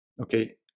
Okay